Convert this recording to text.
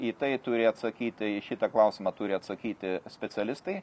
į tai turi atsakyti į šitą klausimą turi atsakyti specialistai